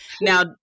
Now